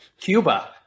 Cuba